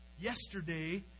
Yesterday